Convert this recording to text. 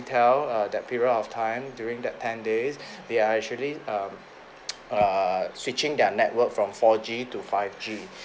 Singtel err that period of time during that ten days they are actually um err switching their network from four G to five G